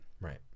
right